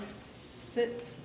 sit